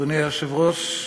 אדוני היושב-ראש,